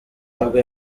nibwo